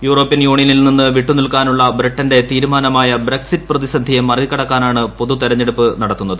European യൂണിയനിൽ നിന്ന് വിട്ടുനിൽക്കാനുള്ള ബ്രിട്ടന്റെ തീരുമാനമായ ബ്രക്സിറ്റ് പ്രതിസന്ധിയെ മറികടക്കാനാണ് പൊതുതെരഞ്ഞെടുപ്പ് നടത്തുന്നത്